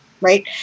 right